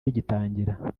rigitangira